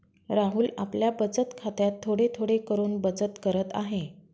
राहुल आपल्या बचत खात्यात थोडे थोडे करून बचत करत आहे